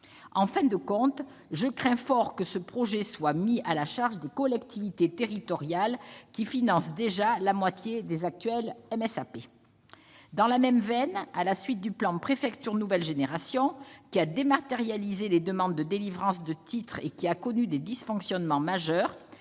En fin de compte, je crains fort que ce projet ne soit mis à la charge des collectivités territoriales, qui financent déjà la moitié des actuelles MSAP. Dans la même veine, à la suite du plan Préfectures nouvelle génération, qui a dématérialisé les demandes de délivrance de titres et qui a connu des dysfonctionnements majeurs,